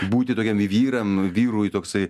būti tokiem vyram vyrui toksai